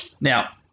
Now